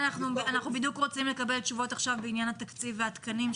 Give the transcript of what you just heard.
אנחנו בדיוק רוצה לקבל תשובות עכשיו בעניין התקציב והתקנים,